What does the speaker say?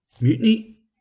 mutiny